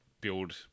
build